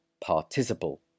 participle